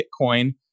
Bitcoin